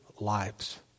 lives